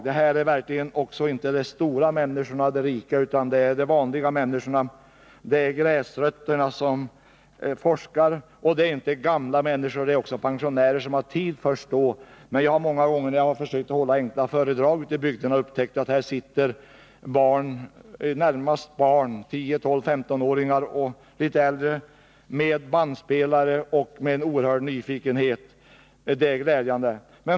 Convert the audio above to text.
Det är inte de mäktiga, de rika människorna det handlar om; det är de vanliga människorna, det är gräsrötterna som forskar. Det är människor som först sedan de blivit pensionärer har fått tid med denna forskning. Många gånger när jag har hållit enkla föredrag i bygderna har jag upptäckt att där också sitter i det närmaste barn — 10-, 12-, 15-åringar och litet äldre — med bandspelare och en oerhörd nyfikenhet. Det är glädjande.